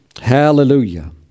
Hallelujah